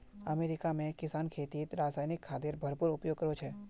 America में किसान खेतीत रासायनिक खादेर भरपूर उपयोग करो छे